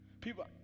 People